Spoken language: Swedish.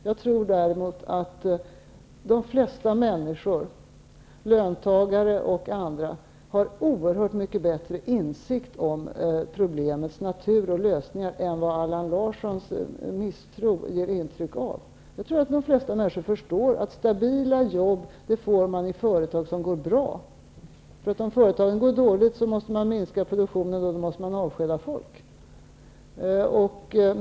Jag tror däremot att de flesta människor, löntagare och andra, har oerhört mycket bättre insikt om problemens natur och lösningar än vad Allan Larssons misstro ger intryck av. Jag tror att de flesta människor förstår att stabila jobb får man i företag som går bra. Om företagen går dåligt, måste de minska produktionen och avskeda folk.